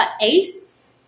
ace